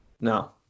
No